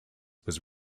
was